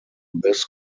this